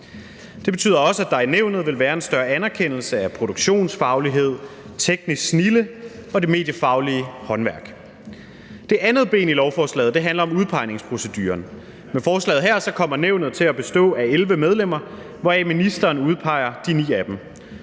Det betyder også, at der i nævnet vil være en større anerkendelse af produktionsfaglighed, teknisk snilde og det mediefaglige håndværk. Det andet ben i lovforslaget handler om udpegningsproceduren. Med forslaget her kommer nævnet til at bestå af 11 medlemmer, hvoraf ministeren udpeger de 9, og